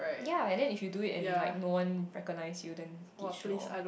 ya and then if you do it and like no one recognise you then teach loh